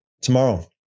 tomorrow